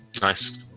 Nice